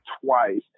twice